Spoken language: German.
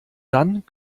dann